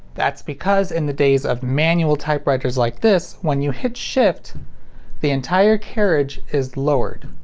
that's because in the days of manual typewriters like this, when you hit shift the entire carriage is lowered.